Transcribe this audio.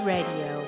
Radio